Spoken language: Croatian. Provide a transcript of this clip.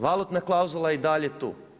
Valutna klauzula je i dalje tu.